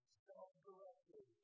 self-directed